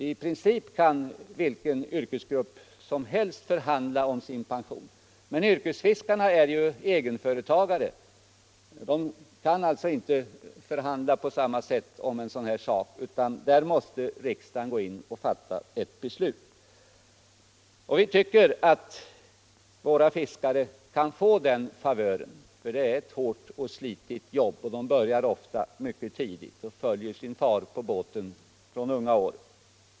I princip kan vilken yrkesgrupp som helst förhandla om sin pension. Yrkesfiskarna är ju däremot egenföretagare och kan alltså inte förhandla om en sådan sak, utan för dem måste riksdagen gå in och fatta ett beslut. Vi tycker att våra fiskare kan få den favören, eftersom de har ett hårt och slitigt jobb. I det yrket börjar man ofta arbeta mycket tidigt och följer sin far på båten redan i unga år.